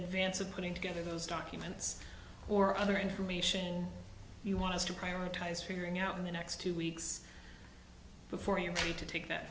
advance of putting together those documents or other information you want us to prioritize figuring out in the next two weeks before you're ready to take that